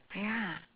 ya